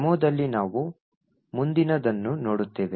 ಡೆಮೊದಲ್ಲಿ ನಾವು ಮುಂದಿನದನ್ನು ನೋಡುತ್ತೇವೆ